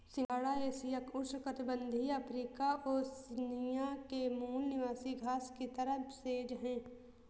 सिंघाड़ा एशिया, उष्णकटिबंधीय Africa, Oceania के मूल निवासी घास की तरह सेज है